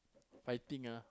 fighting ah